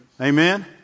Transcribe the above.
Amen